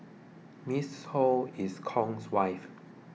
Miss Ho is Kong's wife